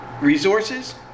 resources